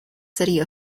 city